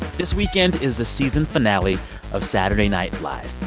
this weekend is the season finale of saturday night live.